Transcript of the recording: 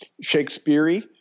Shakespeare-y